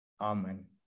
Amen